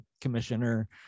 commissioner